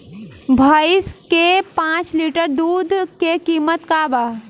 भईस के पांच लीटर दुध के कीमत का बा?